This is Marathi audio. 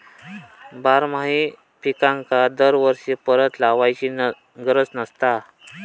बारमाही पिकांका दरवर्षी परत लावायची गरज नसता